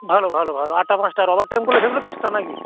ভালো ভালো ভালো আটটা পাঁচটা আর ওভারটাইমগুলো সেগুলো তো এক্সট্রা না কি